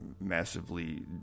massively